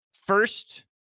first